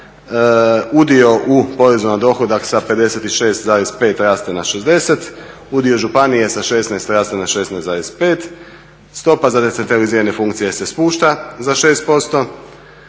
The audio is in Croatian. Udio u porezu na dohodak sa 56,5 raste na 60, udio županije sa 16 raste na 16,5, stopa za decentralizirane funkcije se spušta za 6%.